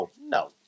no